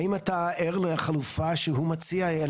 האם אתה ער לחלופה שהוא מציע?